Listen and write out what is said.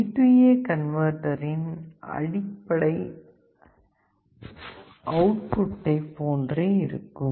DA கன்வெர்ட்டரின் அவுட்புட்டை போன்றே இருக்கும்